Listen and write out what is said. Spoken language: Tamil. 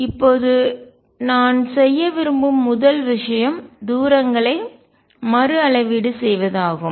இப்போது நான் செய்ய விரும்பும் முதல் விஷயம் தூரங்களை மறு அளவீடு செய்வது ஆகும்